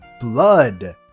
Blood